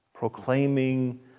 proclaiming